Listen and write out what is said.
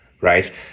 Right